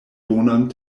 bonan